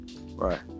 Right